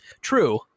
True